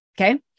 okay